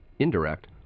indirect